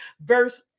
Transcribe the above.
Verse